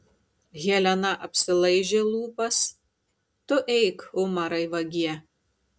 helena apsilaižė lūpas tu eik umarai vagie